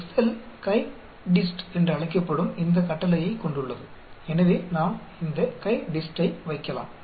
Excel CHI DIST என்று அழைக்கப்படும் இந்த கட்டளையைக் கொண்டுள்ளது எனவே நாம் இந்த CHI DIST ஐ வைக்கலாம்